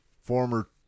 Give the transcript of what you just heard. Former